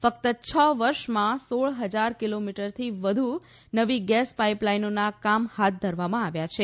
ફક્ત છ વર્ષમાં સોળ હજાર કિલોમીટરથી વધુ નવી ગેસ પાઈપલાઈનોનાં કામો હાથ ધરવામાં આવ્યા છે